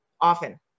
Often